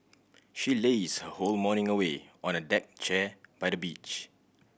she lazed her whole morning away on a deck chair by the beach